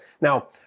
Now